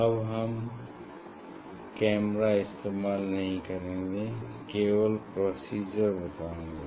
अब हम कैमरा इस्तेमाल नहीं करेंगे केवल प्रोसीजर बताऊंगा